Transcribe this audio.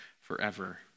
forever